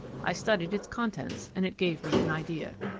i studied its contents, and it gave me an idea.